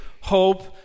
hope